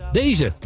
deze